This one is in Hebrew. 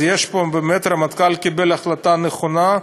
אז באמת הרמטכ"ל קיבל החלטה נכונה,